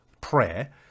prayer